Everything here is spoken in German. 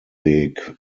weg